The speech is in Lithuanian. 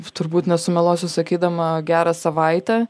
turbūt nesumeluosiu sakydama gerą savaitę